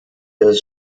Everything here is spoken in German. des